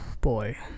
Boy